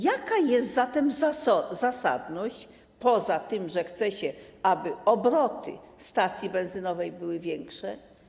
Jaka jest zatem tego zasadność, poza tym, że chce się, aby obroty stacji benzynowej były większe?